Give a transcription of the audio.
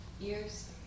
Ears